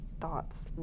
thoughts